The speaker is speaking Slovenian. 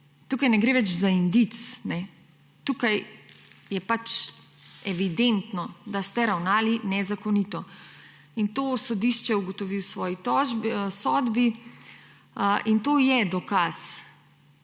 Tukaj ne gre več za indic, tukaj je evidentno, da ste ravnali nezakonito. In to sodišče ugotovi v svoji sodbi. To je dokaz,